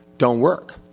don't work.